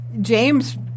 James